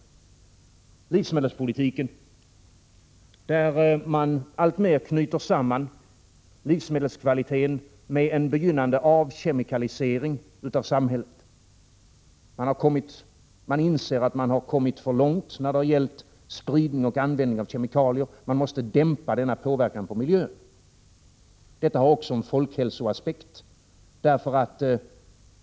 I livsmedelspolitiken knyter man alltmer samman livsmedelskvaliteten med en begynnande avkemikalisering av samhället, och man inser att det har gått för långt när det gäller spridningen av kemikalier och att denna påverkan på miljön måste dämpas. Detta har också en folkhälsoaspekt.